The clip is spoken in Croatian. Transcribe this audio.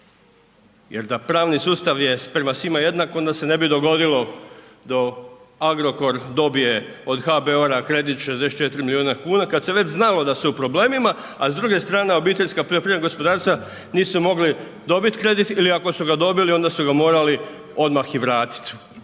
jer da pravni sustav je prema svima jednak onda se ne bi dogodilo da Agrokor dobije od HBOR-a kredit 64 milijuna kuna kad se već znalo da su u problemima, a s druge strane OPG-ovi nisu mogli dobit kredit ili ako su ga dobili onda su ga morali odmah i vratit